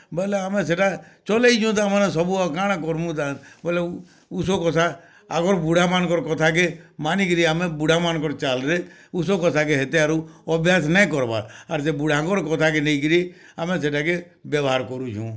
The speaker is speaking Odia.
ବଲେ ଆମେ ସେଇଟା ଚଳେଇଁଚୁ ତାମାନେ ସବୁ କାଣା କର୍ମୁଁ ତା ବୋଲେ ଊଶ କଷା ଆଗର୍ ବୁଢ଼ା ମାନ୍ଙ୍କର କଥାକେ ମାନିକିରି ଆମେ ବୁଢ଼ା ମାନଙ୍କର୍ ଚାଲ୍ରେ ଊଶ କଥା କେ ହେତେ ଆରୁ ଅଭ୍ୟାସ ନାଇଁ କର୍ବାର୍ ଆର୍ ସେ ବୁଢ଼ାଙ୍କର କଥା କେ ନେଇକିରି ଆମେ ସେଇଟା କେ ବ୍ୟବହାର କରୁଛୁଁ